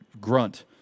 grunt